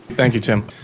thank you tim.